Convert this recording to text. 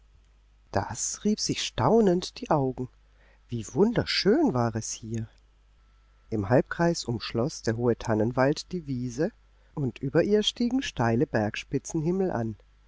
das rieb sich staunend die augen wie wunderschön war es hier im halbkreis umschloß der hohe tannenwald die wiese und über ihr stiegen steile bergspitzen himmelan